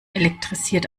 elektrisiert